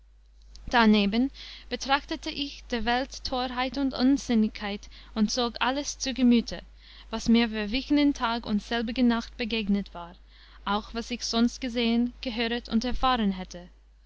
darneben betrachtete ich der welt torheit und unsinnigkeit und zog alles zu gemüte was mir verwichenen tag und selbige nacht begegnet war auch was ich sonst gesehen gehöret und erfahren hatte